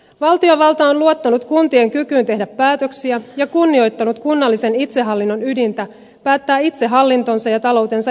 valtiovalta on luottanut kuntien kykyyn tehdä päätöksiä ja kunnioittanut kunnallisen itsehallinnon ydintä päättää itse hallintonsa ja taloutensa järjestämisestä